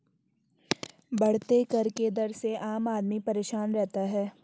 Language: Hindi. बढ़ते कर के दर से आम आदमी परेशान रहता है